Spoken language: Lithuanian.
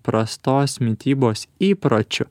prastos mitybos įpročiu